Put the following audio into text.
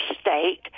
state